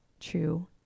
true